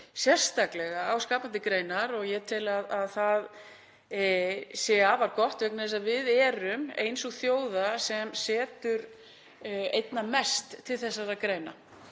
sérstaklega á skapandi greinar. Ég tel að það sé afar gott vegna þess að við erum þjóð sem setur einna mest til þessara greina.